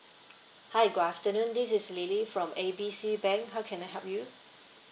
hi good afternoon this is lily from A B C bank how can I help you